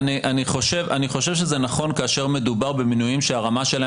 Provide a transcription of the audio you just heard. אני חושב שזה נכון כאשר מדובר במינויים שהרמה שלהם